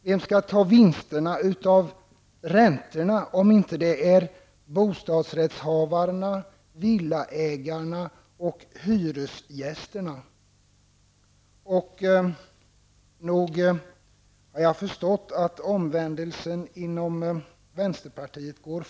Vem skall ta vinsterna av räntorna om det inte är bostadsrättshavarna, villaägarna och hyresgästerna? Nog har jag förstått att omvändelsen inom vänsterpartiet går fort.